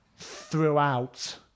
throughout